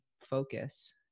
focus